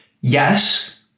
yes